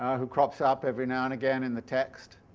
who crops up every now and again in the text,